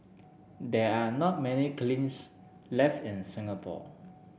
there are not many kilns left in Singapore